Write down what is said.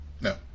No